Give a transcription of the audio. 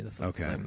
Okay